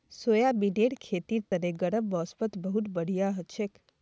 सोयाबीनेर खेतीर तने गर्म मौसमत बहुत बढ़िया हछेक